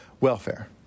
welfare